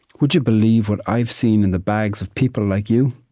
would you believe what i've seen in the bags of people like you?